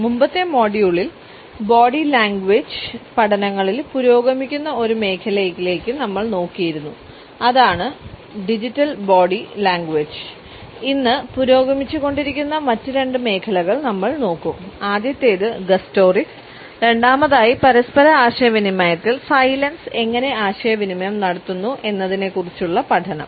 മുമ്പത്തെ മൊഡ്യൂളിൽ body language എങ്ങനെ ആശയവിനിമയം നടത്തുന്നു എന്നതിനെക്കുറിച്ചുള്ള പഠനം